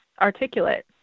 articulate